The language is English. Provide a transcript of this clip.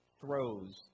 throws